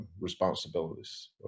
responsibilities